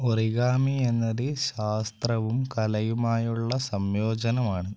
origami എന്നത് ശാസ്ത്രവും കലയുമായുള്ള സംയോജനമാണ്